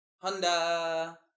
honda